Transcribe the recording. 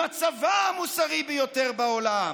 עם הצבא המוסרי ביותר בעולם,